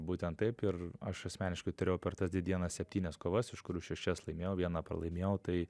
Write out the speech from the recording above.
būtent taip ir aš asmeniškai turėjau per tas dvi dienas septynias kovas iš kurių šešias laimėjau vieną pralaimėjau tai